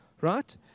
right